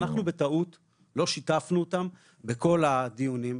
אנחנו בטעות לא שיתפנו אותם בכל הדיונים,